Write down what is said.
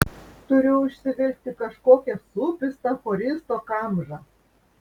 turiu užsivilkti kažkokią supistą choristo kamžą